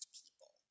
people